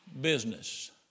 business